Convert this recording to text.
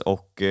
Och